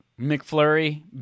McFlurry